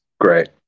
Great